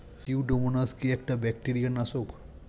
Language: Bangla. সিউডোমোনাস কি একটা ব্যাকটেরিয়া নাশক?